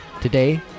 Today